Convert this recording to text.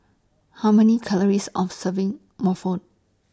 How Many Calories of Serving Mofforen